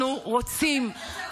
אנחנו רוצים,